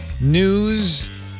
news